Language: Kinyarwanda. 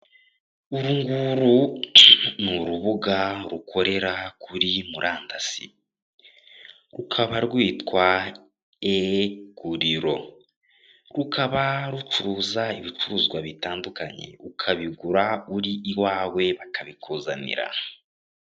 Uru nguru ni urubuga rukorera kuri murandasi, rukaba rwitwa e-guriro, rukaba rucuruza ibicuruzwa bitandukanye, ukabigura uri iwawe bakabikuzanira.